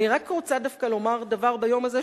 אני רק רוצה דווקא לומר דבר ביום הזה,